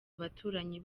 abaturanyi